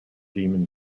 demon